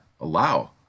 allow